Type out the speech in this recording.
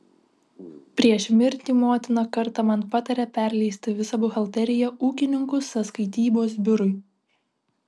prieš mirtį motina kartą man patarė perleisti visą buhalteriją ūkininkų sąskaitybos biurui